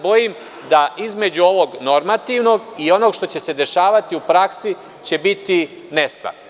Bojim se da, između ovog normativnog i onog što će se dešavati u praksi, će biti neskladno.